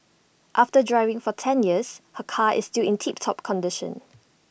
after driving for ten years her car is still in tip top condition